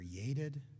created